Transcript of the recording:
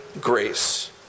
grace